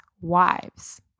wives